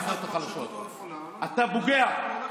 העלאת קצבתם השנתית של ניצולי השואה ב-2,500 שקלים,